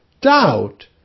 doubt